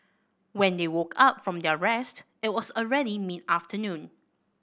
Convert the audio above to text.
when they woke up from their rest it was already mid afternoon